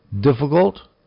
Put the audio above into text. difficult